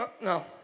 No